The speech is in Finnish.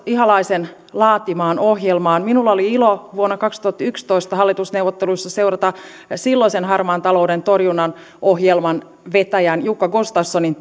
ihalaisen laatimaan ohjelmaan minulla oli ilo vuonna kaksituhattayksitoista hallitusneuvotteluissa seurata silloisen harmaan talouden torjunnan ohjelman vetäjän jukka gustafssonin